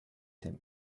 him